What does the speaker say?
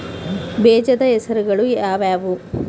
ಬೇಜದ ಹೆಸರುಗಳು ಯಾವ್ಯಾವು?